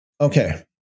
Okay